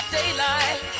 daylight